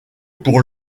pour